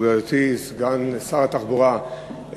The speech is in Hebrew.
מכובדתי סגנית שר התחבורה,